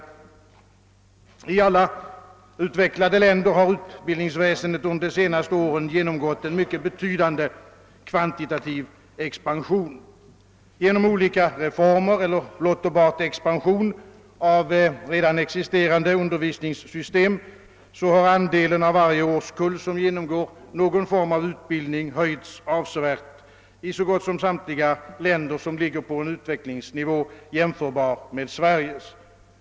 I alla utvecklade länder har utbildningsväsendet under de senaste åren genomgått en mycket betydande kvantitativ expansion. Genom olika reformer eller blott och bart genom expansion av redan existerande undervisningssystem har andelen av varje årskull som genomgår någon form av utbildning höjts avsevärt i så gott som samtliga länder som har en utvecklingsnivå jämförbar med Sveriges.